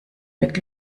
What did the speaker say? mit